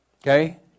Okay